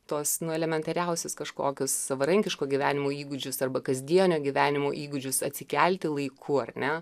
tos nu elementariausius kažkokius savarankiško gyvenimo įgūdžius arba kasdienio gyvenimo įgūdžius atsikelti laiku ar ne